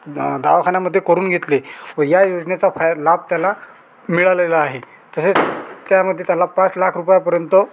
दवाखान्यामध्ये करून घेतले व ह्या योजनेचा फाय लाभ त्याला मिळालेला आहे तसेच त्यामध्ये त्याला पाच लाख रुपयापर्यंत